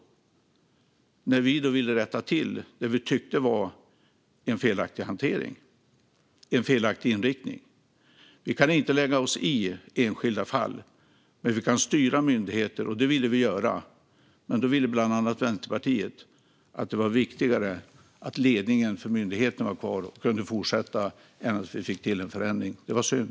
Men vi ville ju rätta till en felaktig inriktning. Vi kan inte lägga oss i enskilda fall, men vi kan styra myndigheter. Det ville vi göra, men bland andra Vänsterpartiet tyckte att det var viktigare att ledningen för myndigheten fick vara kvar och fortsätta än att vi fick till en förändring. Det var synd.